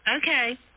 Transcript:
Okay